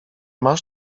masz